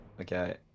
okay